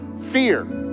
fear